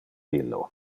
illo